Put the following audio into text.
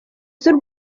z’u